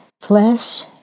Flesh